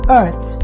earth